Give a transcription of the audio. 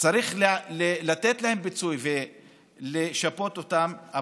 צריך לתת להם פיצוי ולשפות אותם,